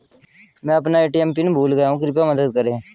मैं अपना ATM PIN भूल गया हूँ कृपया मदद करें